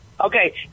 Okay